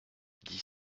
dix